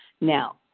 now